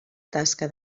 tasca